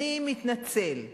אני מתנצל.